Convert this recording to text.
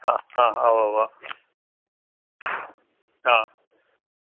അ അ ഉവ്വവ്വ അ